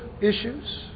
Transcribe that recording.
issues